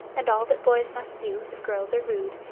and all that boys must do, if girls are rude,